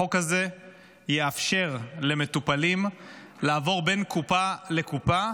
החוק הזה יאפשר למטופלים לעבור בין קופה לקופה,